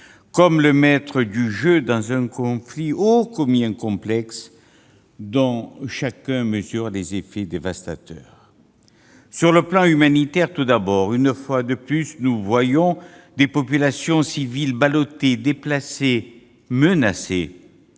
comme le maître du jeu dans un conflit ô combien complexe, dont chacun mesure les effets dévastateurs. Sur le plan humanitaire, tout d'abord : une fois de plus, nous voyons des populations civiles ballotées, déplacées, menacées.